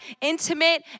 intimate